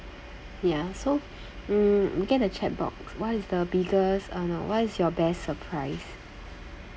ya so mm looking at the chat box what is the biggest uh no what is your best surprise